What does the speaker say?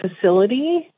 facility